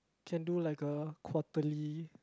can do like a quarterly